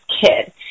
Kid